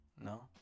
No